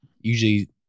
Usually